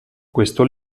questo